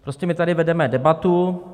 Prostě tady vedeme debatu.